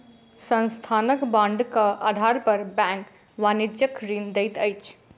संस्थानक बांडक आधार पर बैंक वाणिज्यक ऋण दैत अछि